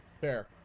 Fair